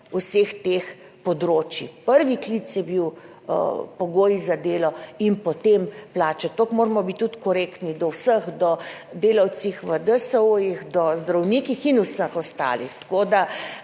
vseh teh področij. Prvi klic je bil pogoj za delo in potem plače. Toliko moramo biti tudi korektni do vseh, do delavcev v DSO, do zdravnikov in vseh ostalih, tako da